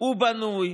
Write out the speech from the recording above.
בנוי